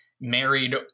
married